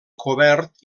cobert